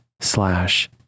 slash